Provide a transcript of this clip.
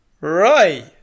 Right